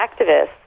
activists